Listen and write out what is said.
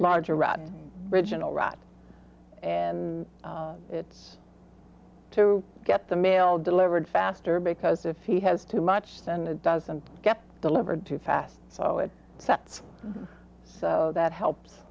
larger rotten original rot and it's to get the mail delivered faster because if he has too much then it doesn't get delivered too fast so it sets so that helps